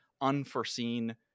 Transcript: unforeseen